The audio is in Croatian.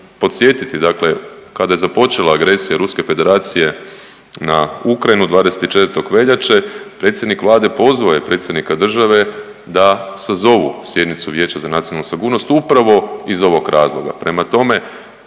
podsjetiti, dakle kada je započela agresija Ruske federacije na Ukrajinu 24. veljače predsjednik Vlade pozvao je predsjednika države da sazovu sjednicu Vijeća za nacionalnu sigurnost upravo iz ovog razloga.